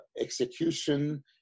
execution